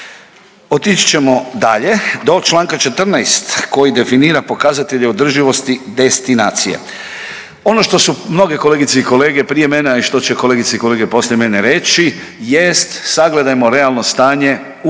Otići ćemo dalje do čl. 14 koji definira pokazatelje održivosti destinacije. Ono što su mnoge kolegice i kolege prije mene, a i što će kolegice i kolege poslije mene reći jest, sagledajmo realno stanje u